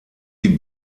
die